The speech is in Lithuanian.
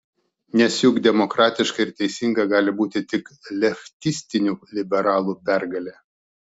nes juk demokratiška ir teisinga gali būti tik leftistinių liberalų pergalė